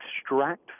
extract